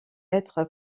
être